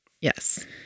Yes